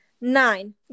Nine